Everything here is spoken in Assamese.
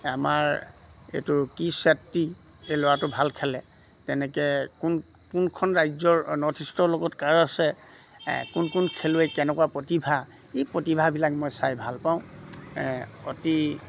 আমাৰ এইটো কি চেত্ৰী এই ল'ৰাটো ভাল খেলে তেনেকে কোন কোনখন ৰাজ্যৰ নৰ্থ ইষ্টৰ লগত কাৰ আছে কোন কোন খেলুৱৈ কেনেকুৱা প্ৰতিভা এই প্ৰতিভাবিলাক মই চাই ভাল পাওঁ অতি